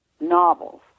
novels